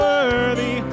Worthy